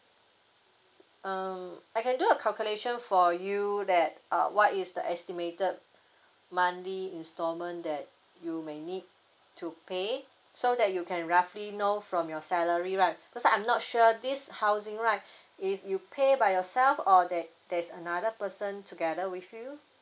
um I can do a calculation for you that uh what is the estimated monthly instalment that you may need to pay so that you can roughly know from your salary right cause I'm not sure this housing right if you pay by yourself or there there's another person together with you